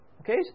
Okay